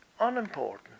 unimportant